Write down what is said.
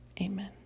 Amen